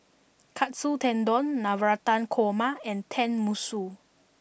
Katsu Tendon Navratan Korma and Tenmusu